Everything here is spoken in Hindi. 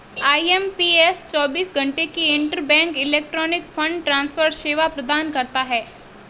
आई.एम.पी.एस चौबीस घंटे की इंटरबैंक इलेक्ट्रॉनिक फंड ट्रांसफर सेवा प्रदान करता है